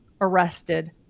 arrested